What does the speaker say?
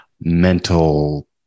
mental